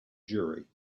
jury